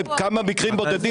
כמה מקרים בודדים,